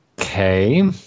Okay